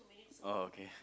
oh okay